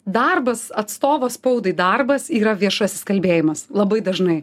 darbas atstovo spaudai darbas yra viešasis kalbėjimas labai dažnai